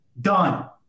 Done